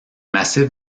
massif